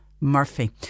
Murphy